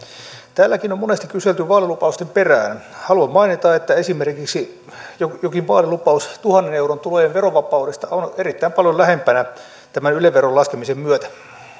täälläkin on monesti kyselty vaalilupausten perään haluan mainita että esimerkiksi jokin jokin vaalilupaus tuhannen euron tulojen verovapaudesta on erittäin paljon lähempänä tämän yle veron laskemisen myötä